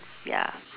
ya